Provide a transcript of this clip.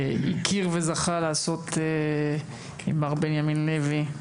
הכיר וזכה לעשות עם מר בנימין לוי,